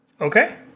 Okay